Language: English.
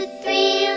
three